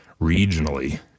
regionally